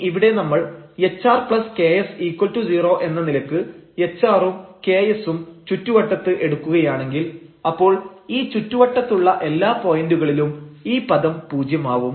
ഇനി ഇവിടെ നമ്മൾ hrks0 എന്ന നിലക്ക് hr ഉം ks ഉം ചുറ്റുവട്ടത്ത് എടുക്കുകയാണെങ്കിൽ അപ്പോൾ ഈ ചുറ്റുവട്ടത്തുള്ള എല്ലാ പോയന്റുകളിലും ഈ പദം പൂജ്യമാവും